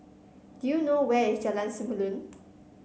do you know where is Jalan Samulun